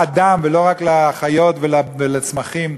ולא רק לחיות ולצמחים,